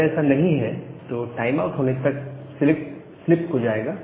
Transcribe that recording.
अगर ऐसा नहीं है तो टाइम आउट होने तक सिलेक्ट स्लिप को जाएगा